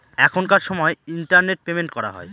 এখনকার সময় internet payment করা হয়